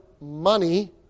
money